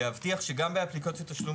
להבטיח שגם באפליקציות תשלום,